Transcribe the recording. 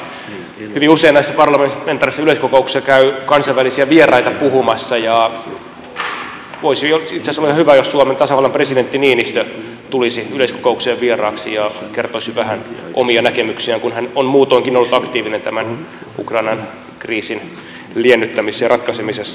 hyvin usein näissä parlamentaarisissa yleiskokouksissa käy kansainvälisiä vieraita puhumassa ja voisi olla itse asiassa hyvä jos suomen tasavallan presidentti niinistö tulisi yleiskokoukseen vieraaksi ja kertoisi vähän omia näkemyksiään kun hän on muutoinkin ollut aktiivinen tämän ukrainan kriisin liennyttämisessä ja ratkaisemisessa